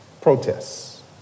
protests